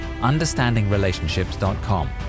UnderstandingRelationships.com